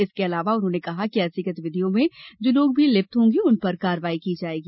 इसके अलावा उन्होंने कहा कि ऐसी गतिविधियों में जो लोग भी लिप्त होंगे उन पर कार्यवाही की जाएगी